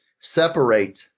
separate